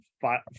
five